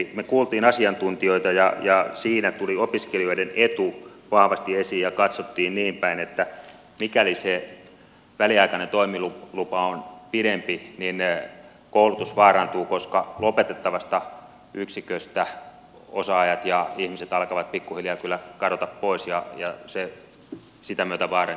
me kuulimme asiantuntijoita ja siinä tuli opiskelijoiden etu vahvasti esiin ja katsottiin niin päin että mikäli se väliaikainen toimilupa on pidempi niin koulutus vaarantuu koska lopetettavasta yksiköstä osaajat ja ihmiset alkavat pikkuhiljaa kyllä kadota pois ja se sitä myötä vaarantaa opiskelijoiden aseman